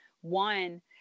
one